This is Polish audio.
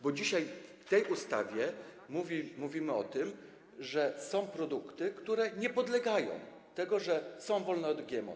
Bo dzisiaj w tej ustawie mówimy o tym, że są produkty, które nie podlegają temu, że są wolne od GMO.